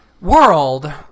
World